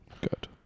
good